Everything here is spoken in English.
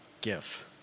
GIF